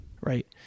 right